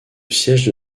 siège